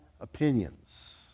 opinions